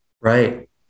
Right